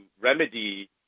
remedy